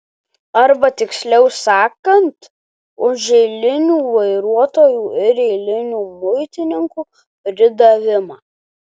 arba tiksliau sakant už eilinių vairuotojų ir eilinių muitininkų pridavimą